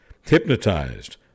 hypnotized